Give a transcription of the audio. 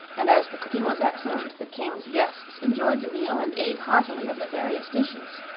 and as the cooking was excellent the king's guests enjoyed the meal and ate heartily of the various dishes.